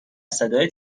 صدای